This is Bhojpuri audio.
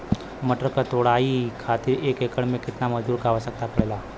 मटर क तोड़ाई खातीर एक एकड़ में कितना मजदूर क आवश्यकता पड़ेला?